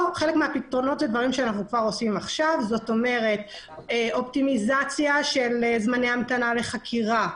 אנחנו מנסים ליצור אופטימיזציה של זמני המתנה לחקירה,